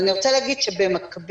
אני רוצה להגיד שבמקביל,